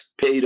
paid